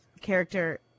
character